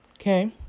okay